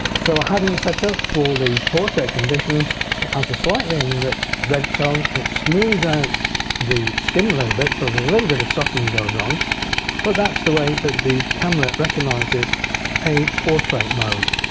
so having set up for the portrait condition it has a slightly in the rich red tone, it smooths out the skin a little bit so there's a little bit of softening goes on but that's the way that the camera recognizes a portrait mode.